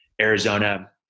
Arizona